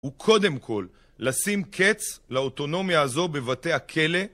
הוא קודם כל, לשים קץ לאוטונומיה הזו בבתי הכלא